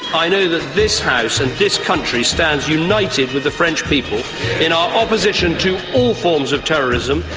i know that this house and this country stands united with the french people in our opposition to all forms of terrorism,